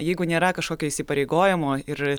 jeigu nėra kažkokio įsipareigojimo ir